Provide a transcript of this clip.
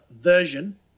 version